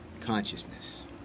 consciousness